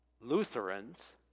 Lutherans